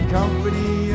company